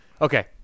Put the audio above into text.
Okay